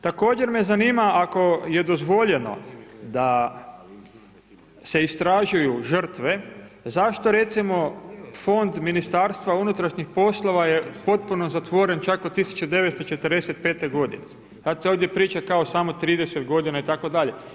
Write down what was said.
Također me zanima ako je dozvoljeno da se istražuju žrtve zašto recimo fond Ministarstva unutrašnjih poslova je potpuno zatvoren čak od 1945.g. Sad se ovdje priča kao samo 30 g. itd.